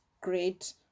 great